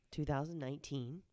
2019